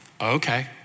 okay